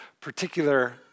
particular